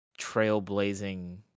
trailblazing